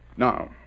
Now